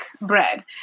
bread